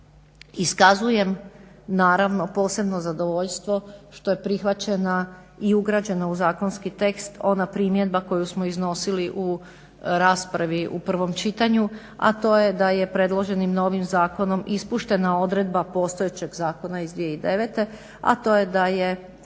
Iskazujem naravno posebno zadovoljstvo što je prihvaćena i ugrađena u zakonski tekst ona primjedba koju smo iznosili u raspravi u prvom čitanju, a to je da je predloženim novim zakonom ispuštena odredba postojećeg zakona iz 2009. a to je da je